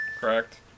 Correct